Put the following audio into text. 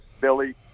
billy